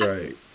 Right